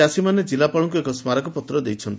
ଚାଷୀମାନେ କିଲ୍ଲାପାଳଙ୍କୁ ଏକ ସ୍ଗାରକପତ୍ର ଦେଇଛନ୍ତି